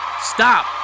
stop